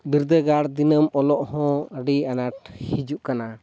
ᱵᱤᱨᱫᱟᱹᱜᱟᱲ ᱫᱤᱱᱟᱹᱢ ᱚᱞᱚᱜ ᱦᱚᱸ ᱟᱹᱰᱤ ᱟᱱᱟᱴ ᱦᱤᱡᱩᱜ ᱠᱟᱱᱟ